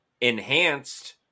enhanced